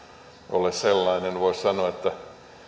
ole sellainen voisi sanoa että